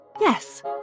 Yes